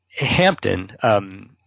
Hampton